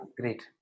great